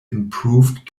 improved